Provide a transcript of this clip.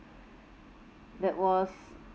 that was